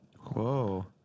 Whoa